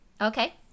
okay